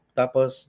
tapos